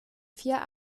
vier